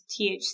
THC